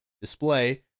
display